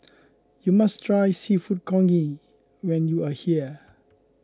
you must try Seafood Congee when you are here